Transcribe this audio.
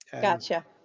Gotcha